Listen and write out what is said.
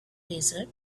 desert